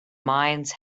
mines